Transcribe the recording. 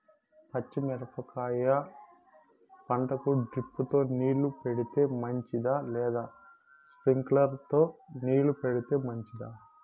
పచ్చి మిరపకాయ పంటకు డ్రిప్ తో నీళ్లు పెడితే మంచిదా లేదా స్ప్రింక్లర్లు తో నీళ్లు పెడితే మంచిదా?